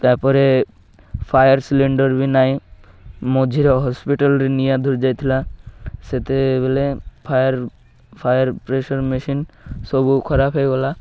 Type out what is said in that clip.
ତା'ପରେ fire cylinder ବି ନାଇଁ ମଝିର ହସ୍ପିଟାଲ୍ରେ ନିଆଁ ଧରି ଯାଇଥିଲା ସେତେବେଳେ ଫାୟାର୍ ଫାୟାର୍ ପ୍ରେସର୍ ମେସିନ୍ ସବୁ ଖରାପ ହେଇଗଲା